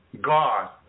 God